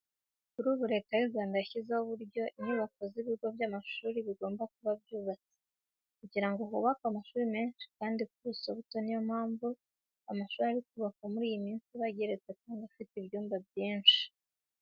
Kuri ubu Leta y'u Rwanda yashyizeho uburyo inyubako z'ibigo by'amashuri bigomba kuba zubatswe kugira ngo hubakwe amashuri menshi kandi ku buso buto. Niyo mpamvu amashuri ari kubakwa muri iyi minsi aba ageretse kandi afite ibyumba byinshi.